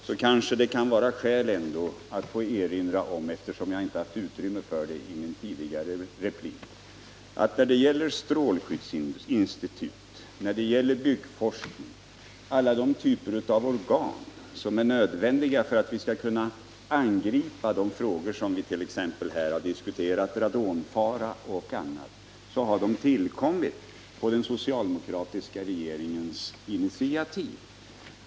Det kanske kan vara skäl att erinra om — det fanns inte utrymme för det i min tidigare replik — att strålskyddsinstitutet, byggforskningsinstitutet och alla de typer av organ som är nödvändiga för att vi skall kunna angripa de frågor som vi här har diskuterat, t.ex. radonfaran, har tillkommit på den socialdemokratiska regeringens initiativ.